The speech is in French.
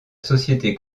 société